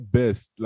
best